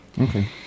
Okay